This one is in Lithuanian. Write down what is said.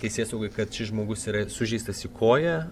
teisėsaugai kad šis žmogus yra sužeistas į koją